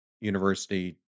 University